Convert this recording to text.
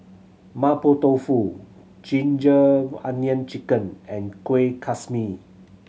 Mapo Tofu ginger onion chicken and kuih kasmi